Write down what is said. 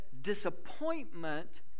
Disappointment